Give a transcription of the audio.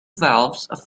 valves